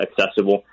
accessible